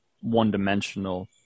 one-dimensional